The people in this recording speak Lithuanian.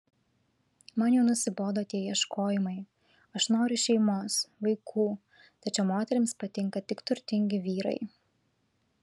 man jau nusibodo tie ieškojimai aš noriu šeimos vaikų tačiau moterims patinka tik turtingi vyrai